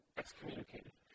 excommunicated